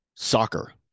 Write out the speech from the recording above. Soccer